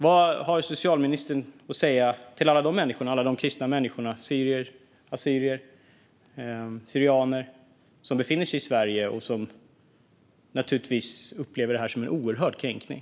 Vad har socialministern att säga till alla de kristna människor - syrier, assyrier, syrianer - som befinner sig i Sverige och som naturligtvis upplever detta som en oerhörd kränkning?